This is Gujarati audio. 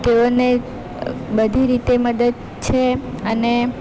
તેઓને બધી રીતે મદદ છે અને